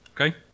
Okay